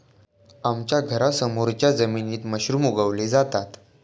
आमच्या घरासमोरच्या जमिनीत मशरूम उगवले जातात